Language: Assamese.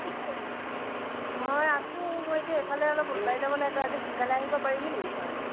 মই আছোঁ মই এতিয়া এফালে অলপ ওলাই যাব লাগে তই অলপ সোনকালে আহিব পাৰিবি নেকি ঘৰলৈ